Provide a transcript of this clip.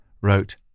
wrote